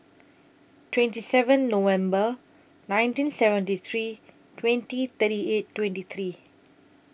twenty seven November nineteen seventy three twenty thirty eight twenty three